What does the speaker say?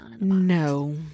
No